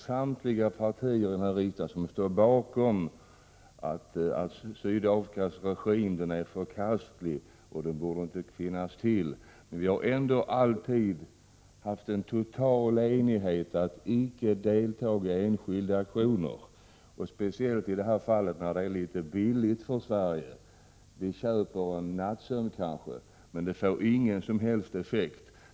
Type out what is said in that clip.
Samtliga partier här i riksdagen står bakom åsikten att Sydafrikas regim är förkastlig och inte borde finnas till. Men det har ändå alltid funnits en total enighet om att inte delta i enskilda aktioner. Det gäller speciellt i detta fall. Det är litet billigt för Sverige — vi köper kanske en nattsömn, men det får ingen som helst effekt.